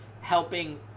helping